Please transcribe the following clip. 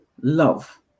love